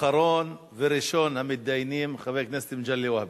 אחרון וראשון המתדיינים, חבר הכנסת מגלי והבה.